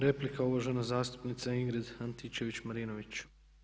Replika, uvažena zastupnica Ingrid Antičević-Marinović.